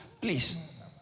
please